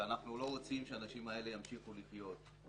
ואנחנו לא רוצים שאנשים האלה ימשיכו לחיות.